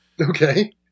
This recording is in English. Okay